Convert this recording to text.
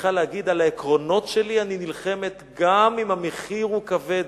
צריכה להגיד: על העקרונות שלי אני נלחמת גם אם המחיר הוא כבד,